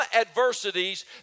adversities